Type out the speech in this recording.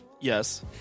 Yes